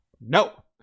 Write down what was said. No